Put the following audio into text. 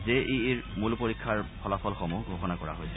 J E ইৰ মূল পৰীক্ষাৰ ফলাফলসমূহ ঘোষণা কৰা হৈছে